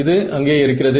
இது அங்கே இருக்கிறது